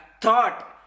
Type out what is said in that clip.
thought